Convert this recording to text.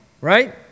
right